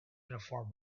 uniform